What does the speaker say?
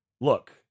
look